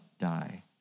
die